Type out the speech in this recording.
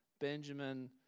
Benjamin